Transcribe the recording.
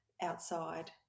outside